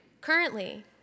Currently